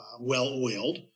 well-oiled